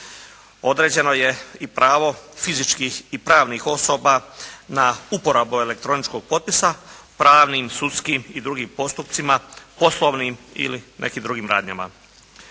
Određeno je i pravo fizičkih i pravnih osoba na uporabu elektroničkog potpisa pravnim, sudskim i drugim postupcima, poslovnim ili nekim drugim radnjama.